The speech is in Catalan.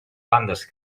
bandes